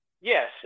Yes